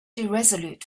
irresolute